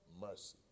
mercy